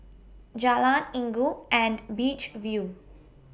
Jalan Inggu and Beach View